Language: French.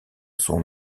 sont